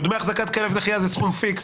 דמי החזקת כלב נחייה זה סכום פיקס.